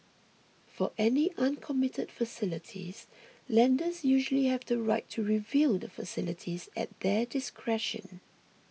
for any uncommitted facilities lenders usually have the right to review the facilities at their discretion